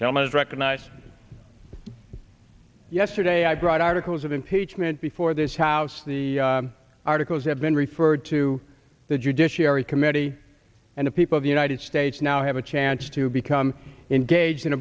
which almost recognized yesterday i brought articles of impeachment before this house the articles have been referred to the judiciary committee and the people of the united states now have a chance to become engaged in